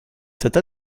cette